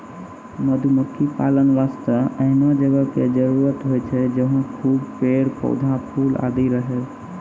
मधुमक्खी पालन वास्तॅ एहनो जगह के जरूरत होय छै जहाँ खूब पेड़, पौधा, फूल आदि रहै